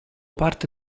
parte